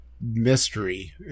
mystery